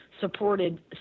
supported